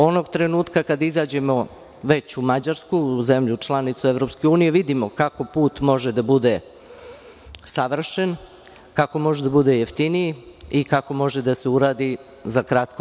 Onog trenutka kada izađemo već u Mađarsku, zemlju članicu EU, vidimo kako put može da bude savršen, kako može da bude jeftiniji i kako može da se uradi za kratko